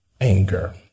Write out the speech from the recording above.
anger